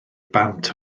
bant